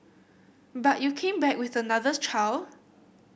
but you came back with another child